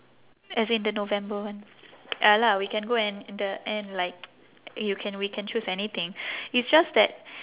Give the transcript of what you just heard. as in the november one ya lah we can go and the end like you can we can choose anything it's just that